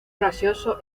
gracioso